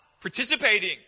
participating